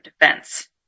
defense